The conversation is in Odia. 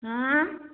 ହଁ